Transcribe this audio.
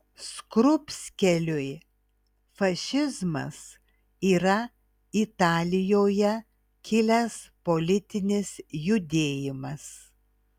skrupskeliui fašizmas yra italijoje kilęs politinis judėjimas